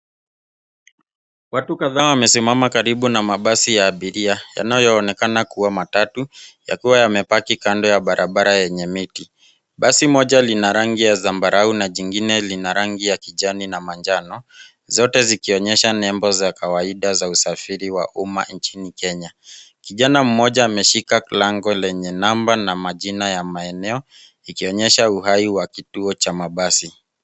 Watu kadhaa wamesimama karibu na mabasi ya abiria yanayoonekana kuwa matatu yakiwa yamepaki kando ya barabara yenye miti. Basi moja lina rangi ya zambarau na jingine lina rangi ya kijani na manjano zote zikionyesha nembo za kawaida za usafiri wa umma nchini Kenya. Kijana mmoja ameshika lango lenye namba na majina ya maeneo ikionyesha uhai wa kituo cha mabasi.